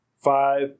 Five